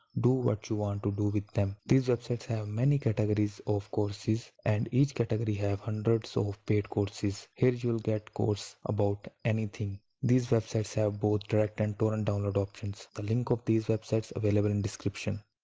do what you want to do with them. these websites have many categories of courses and each category have hundreds of paid courses. here you'll get course about anything. these websites have both direct and torrent download options. the links of these websites are available in description.